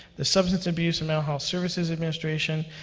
the substance abuse and mental health services administration,